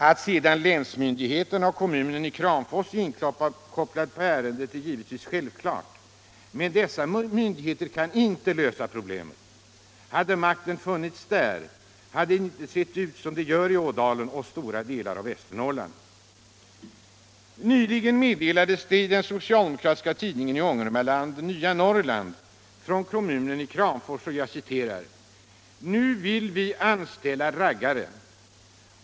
Att sedan länsmyndigheterna och kommunen i Kramfors är inkopplad på ärendet är självklart, men dessa myndigheter kan inte lösa problemet. Hade makten funnits där hade det inte sett ut som det gör i Ådalen och stora delar av Västernorrland. Nyligen meddelades det från kommunen i Kramfors genom den socialdemokratiska tidningen i Ångermanland Nya Norrland: ”Nu vill vi anställa raggare.